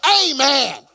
amen